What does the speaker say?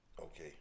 okay